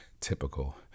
Typical